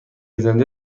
زنده